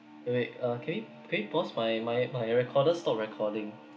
wait uh can you can you pause my my my recorder stopped recording